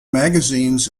magazines